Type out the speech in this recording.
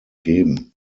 geben